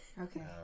Okay